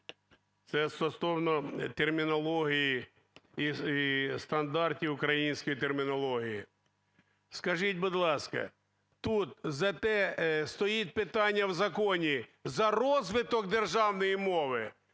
Це стосовно термінології і стандартів української термінології. Скажіть, будь ласка, тут за те стоїть питання в законі: за розвиток державної мови,